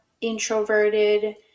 introverted